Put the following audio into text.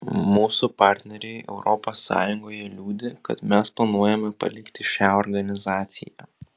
mūsų partneriai europos sąjungoje liūdi kad mes planuojame palikti šią organizaciją